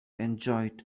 enjoyed